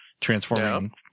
transforming